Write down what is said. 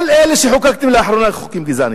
כל אלה שחוקקתם לאחרונה הם חוקים גזעניים.